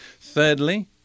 Thirdly